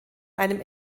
einem